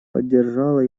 поддержала